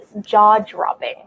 jaw-dropping